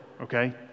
Okay